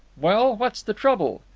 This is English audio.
well, what's the trouble?